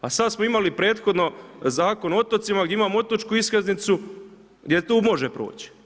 A sada smo imali prethodno Zakon o otocima gdje imamo otočku iskaznicu jer tu može proći.